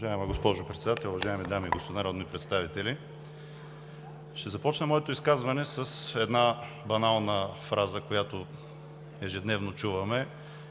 Уважаема госпожо Председател, уважаеми дами и господа народни представители! Ще започна моето изказване с една банална фраза, която чуваме